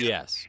Yes